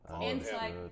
Inside